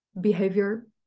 behavior